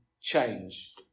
change